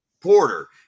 Porter